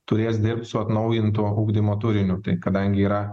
turės dirbti su atnaujinto ugdymo turiniu tai kadangi yra